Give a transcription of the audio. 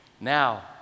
now